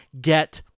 get